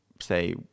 say